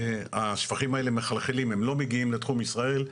השפכים האלה מחלחלים והם לא מגיעים לתחום ישראל,